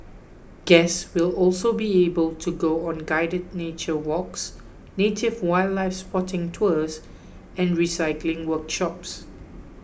guests will also be able to go on guided nature walks native wildlife spotting tours and recycling workshops